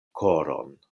koron